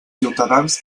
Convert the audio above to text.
ciutadans